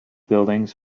buildings